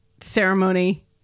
ceremony